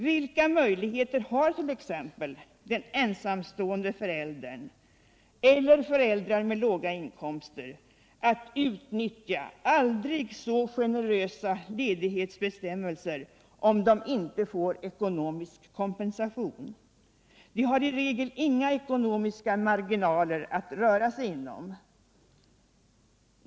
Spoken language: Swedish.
Vilka möjligheter har t.ex. den ensamstående föräldern eller föräldrar med låga inkomster att utnyttja aldrig så generösa ledighetsbestämmelser om de inte får ekonomisk kompensation” De har i regel inga ekonomiska marginaler att röra sig inom.